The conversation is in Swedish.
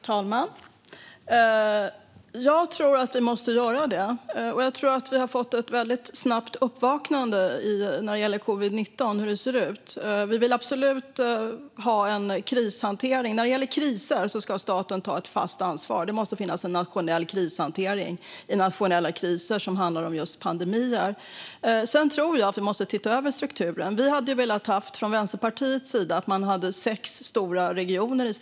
Herr talman! Jag tror att vi måste göra det. Vi har i och med covid-19 fått ett väldigt snabbt uppvaknande vad gäller hur det ser ut. Vänsterpartiet vill absolut ha en krishantering. När det gäller kriser ska staten ha ett fast ansvar. Det måste finnas en nationell krishantering vid nationella kriser som handlar om just pandemier. Jag tror också att vi måste titta över strukturen. Vänsterpartiet hade velat ha sex stora regioner.